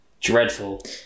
Dreadful